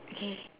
okay